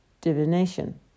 divination